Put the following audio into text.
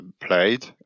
played